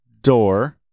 door